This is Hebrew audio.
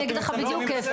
אני אגיד לך בדיוק איפה,